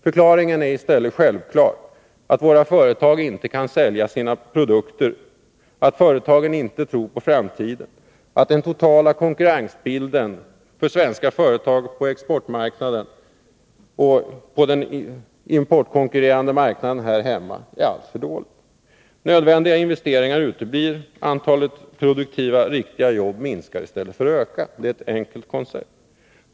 Förklaringen är i stället att våra företag inte kan sälja sina produkter, att företagen inte tror på framtiden och att helhetsbilden av konkurrenssituationen för svenska företag på exportmarknaden och importkonkurrerande företag här hemma är alltför negativ. Nödvändiga investeringar uteblir och antalet produktiva, riktiga jobb minskar i stället för att öka — det är ett enkelt konstaterande.